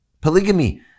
Polygamy